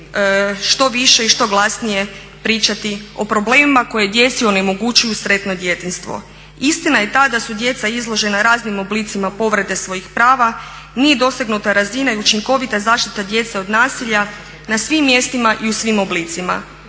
što više i što glasnije pričati o problemima koji djeci onemogućuju sretno djetinjstvo. Istina je ta da su djeca izložena raznim oblicima povrede svojih prava, nije dosegnuta razina i učinkovita zaštita djece od nasilja na svim mjestima i u svim oblicima.